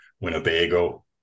winnebago